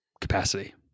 capacity